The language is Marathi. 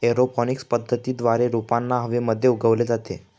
एरोपॉनिक्स पद्धतीद्वारे रोपांना हवेमध्ये उगवले जाते